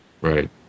Right